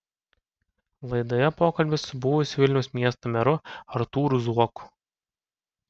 laidoje pokalbis su buvusiu vilniaus miesto meru artūru zuoku